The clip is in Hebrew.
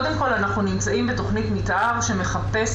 אני לא מבין איך ייתכן שתוכנית של יזם פרטי שאמורה